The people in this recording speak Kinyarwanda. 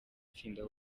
tsinda